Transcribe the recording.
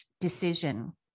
decision